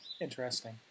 interesting